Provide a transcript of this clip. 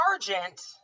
sergeant